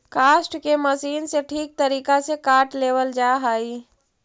काष्ठ के मशीन से ठीक तरीका से काट लेवल जा हई